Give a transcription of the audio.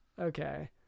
Okay